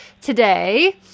today